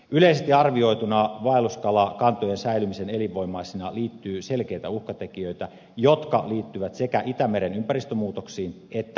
yleisesti arvioituna vaelluskalakantojen säilymiseen elinvoimaisina liittyy selkeitä uhkatekijöitä jotka liittyvät sekä itämeren ympäristömuutoksiin että kalastukseen